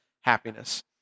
happiness